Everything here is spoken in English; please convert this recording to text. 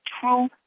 true